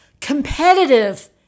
competitive